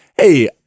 Hey